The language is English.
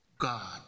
God